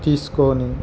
తీసుకోని